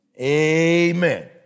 Amen